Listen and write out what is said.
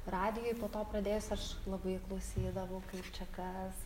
radijuj po to pradėjus aš labai klausydavau kaip čia kas